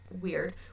weird